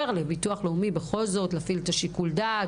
לביטוח לאומי בכל זאת להפעיל את שיקול הדעת.